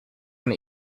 and